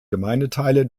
gemeindeteile